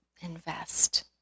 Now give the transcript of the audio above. invest